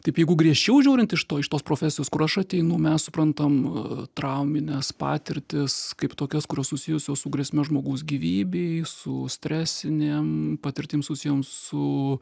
taip jeigu griežčiau žiūrint iš iš tos profesijos kur aš ateinu mes suprantam traumines patirtis kaip tokias kurios susijusios su grėsme žmogaus gyvybei su stresinėm patirtim susijusiom su